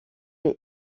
est